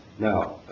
now